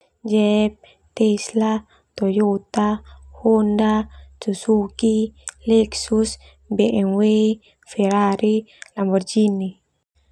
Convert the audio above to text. Jeep, Tesla, Toyota, Honda, Suzuki, BMW, Lexus, Ferari, Lamborghini.